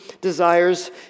desires